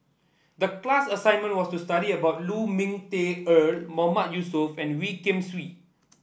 the class assignment was to study about Lu Ming Teh Earl Mahmood Yusof and Wee Kim Wee